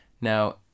Now